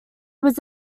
was